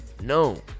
No